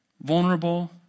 Vulnerable